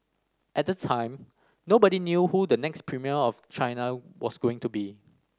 at the time nobody knew who the next premier of China was going to be